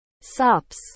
SOPs